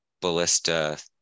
ballista